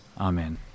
Amen